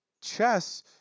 chess